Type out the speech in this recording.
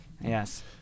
Yes